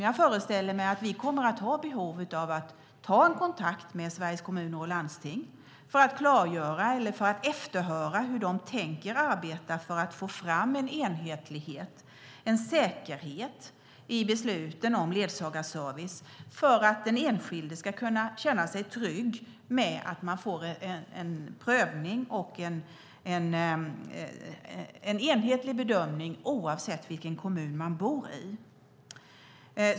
Jag föreställer mig att vi kommer att ha behov av att ta en kontakt med Sveriges Kommuner och Landsting för att efterhöra hur de tänker arbeta för att få fram en enhetlighet och säkerhet i besluten om ledsagarservice för att den enskilde ska kunna känna sig trygg med att man får en enhetlig prövning och bedömning oavsett vilken kommun man bor i.